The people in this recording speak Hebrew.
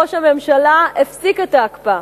ראש הממשלה הפסיק את ההקפאה,